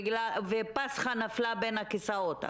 ופסחא נפלה בין הכיסאות.